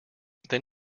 then